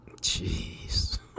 Jeez